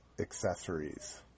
accessories